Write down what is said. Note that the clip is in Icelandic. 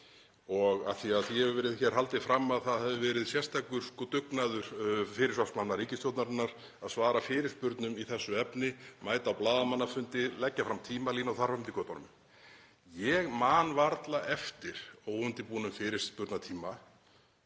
og af því að því hefur verið haldið fram að það hafi verið sérstakur dugnaður fyrirsvarsmanna ríkisstjórnarinnar að svara fyrirspurnum í þessu efni, mæta á blaðamannafundi, leggja fram tímalínu og þar fram eftir götunum, þá man ég varla eftir óundirbúnum fyrirspurnatíma